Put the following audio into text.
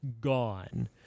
gone